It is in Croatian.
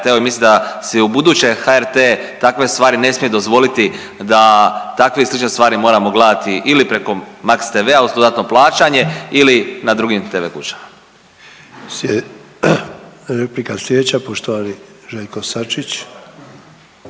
HRT-u i mislim da si ubuduće HRT takve stvari ne smije dozvoliti da takve i slične stvari moramo gledati ili preko Max TV-a uz dodatno plaćanje ili na drugim tv kućama. **Sanader, Ante (HDZ)** Replika sljedeća poštovani Željko Sačić.